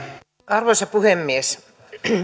arvoisa puhemies